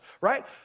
right